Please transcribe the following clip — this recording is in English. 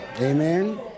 Amen